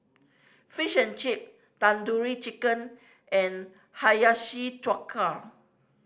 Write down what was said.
Fish and Chip Tandoori Chicken and Hiyashi Chuka